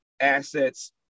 assets